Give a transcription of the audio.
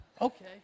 Okay